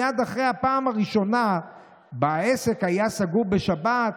מייד אחרי הפעם הראשונה בה העסק היה סגור בשבת,